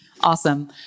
Awesome